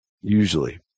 usually